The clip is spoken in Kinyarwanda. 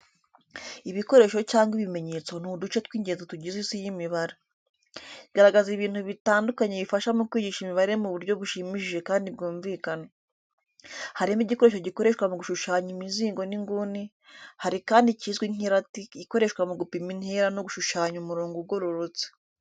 Ibikoresho cyangwa ibimenyetso n’uduce tw’ingenzi tugize Isi y’imibare. Igaragaza ibintu bitandukanye bifasha mu kwigisha imibare mu buryo bushimishije kandi bwumvikana. Harimo igikoresho gikoreshwa mu gushushanya imizingo n'inguni, hari kandi ikizwi nk'irati ikoreshwa mu gupima intera no gushushanya umurongo ugororotse.